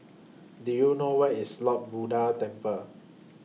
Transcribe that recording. Do YOU know Where IS Lord Buddha Temple